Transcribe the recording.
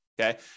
okay